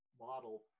model